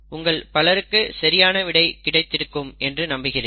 உங்கள் பலருக்கு சரியான விடை கிடைத்திருக்கும் என்று நம்புகிறேன்